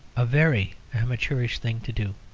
a very amateurish thing to do.